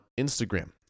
Instagram